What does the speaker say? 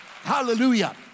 Hallelujah